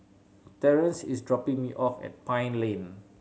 Terance is dropping me off at Pine Lane